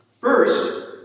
First